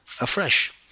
afresh